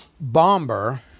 Bomber